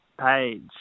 Page